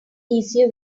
easier